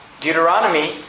Deuteronomy